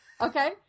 Okay